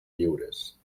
lliures